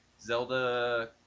Zelda